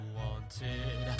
wanted